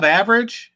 average